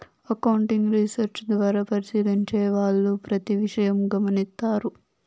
accounting research ద్వారా పరిశీలించే వాళ్ళు ప్రతి విషయం గమనిత్తారు